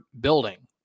building